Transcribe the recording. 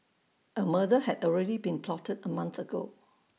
A murder had already been plotted A month ago